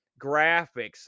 graphics